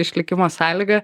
išlikimo sąlyga